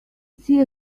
see